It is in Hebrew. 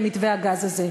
במתווה הגז הזה.